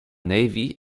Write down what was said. navy